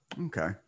okay